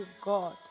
God